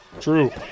True